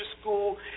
school